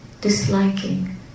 disliking